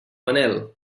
manel